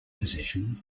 position